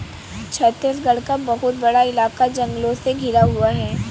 छत्तीसगढ़ का बहुत बड़ा इलाका जंगलों से घिरा हुआ है